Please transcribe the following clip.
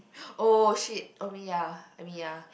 !oh shit! oh me ya I mean ya